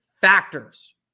factors